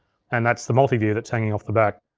and that's the multiview that's hanging off the back.